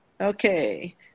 okay